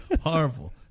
Horrible